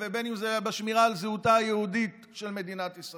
בין בשמירה על ארץ ישראל ובין בשמירה על זהותה היהודית של מדינת ישראל,